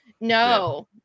no